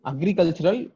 Agricultural